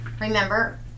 Remember